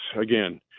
again